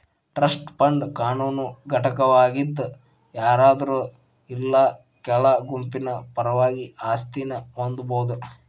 trust fund ಕಾನೂನು ಘಟಕವಾಗಿದ್ ಯಾರಾದ್ರು ಇಲ್ಲಾ ಕೆಲ ಗುಂಪಿನ ಪರವಾಗಿ ಆಸ್ತಿನ ಹೊಂದಬೋದು